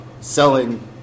selling